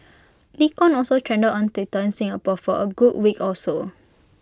Nikon also trended on Twitter in Singapore for A good week or so